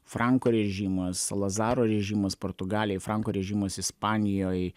franko režimas salazaro režimas portugalijoj franko režimas ispanijoj